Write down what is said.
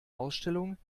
ausstellung